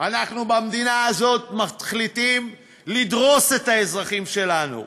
אנחנו במדינה הזאת מחליטים לדרוס את האזרחים שלנו.